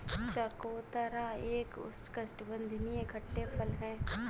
चकोतरा एक उष्णकटिबंधीय खट्टे फल है